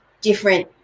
different